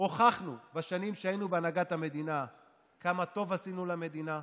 הוכחנו בשנים שהיינו בהנהגת המדינה כמה טוב עשינו למדינה,